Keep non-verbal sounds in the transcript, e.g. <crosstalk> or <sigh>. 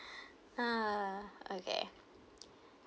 <breath> ah okay